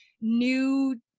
new